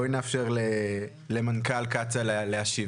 בואי נאפשר למנכ"ל קצא"א להשיב,